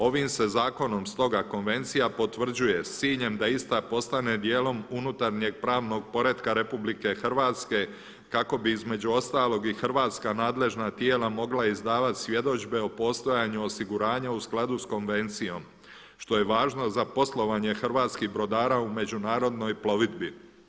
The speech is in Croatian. Ovim se zakonom stoga konvencija potvrđuje s ciljem da ista postane dijelom unutarnjeg pravnog poretka RH kako bi između ostalog i hrvatska nadležna tijela mogla izdavati svjedodžbe o postojanju osiguranja u skladu s konvencijom, što je važno za poslovanje hrvatskih brodara u međunarodnoj plovidbi.